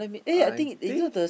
I think